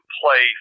play